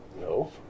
No